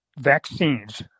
vaccines